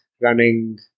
running